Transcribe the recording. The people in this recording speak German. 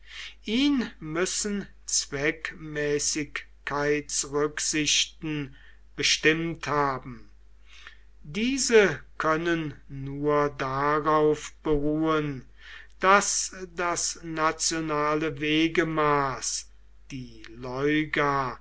ihn müssen zweckmäßigkeitsrücksichten bestimmt haben diese können nur darauf beruhen daß das nationale wegemaß die